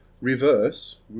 reverse